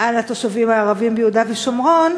על התושבים הערבים ביהודה ושומרון,